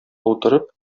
утырып